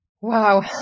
Wow